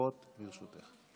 דקות לרשותך.